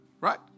Right